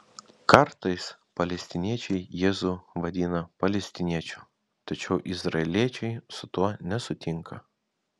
kartais palestiniečiai jėzų vadina palestiniečiu tačiau izraeliečiai su tuo nesutinka